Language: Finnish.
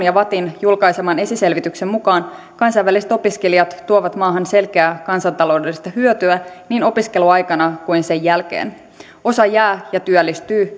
ja vattin julkaiseman esiselvityksen mukaan kansainväliset opiskelijat tuovat maahan selkeää kansantaloudellista hyötyä niin opiskeluaikana kuin sen jälkeen osa jää ja työllistyy